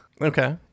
okay